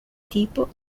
tipo